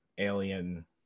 alien